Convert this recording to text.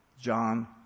John